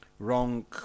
Wrong